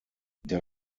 der